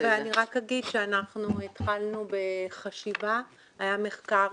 אני רק אגיד שאנחנו התחלנו בחשיבה, היה מחקר